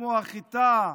כמו החיטה,